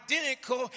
identical